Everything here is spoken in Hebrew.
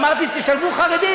אמרתי: תשלבו חרדים,